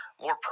more